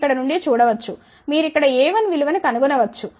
మీరు ఇక్కడ నుండి చూడ వచ్చు మీరు ఇక్కడ a1 విలువ ను కనుగొన వచ్చు